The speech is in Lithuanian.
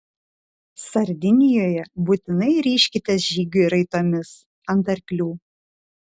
sardinijoje būtinai ryžkitės žygiui raitomis ant arklių